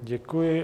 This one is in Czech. Děkuji.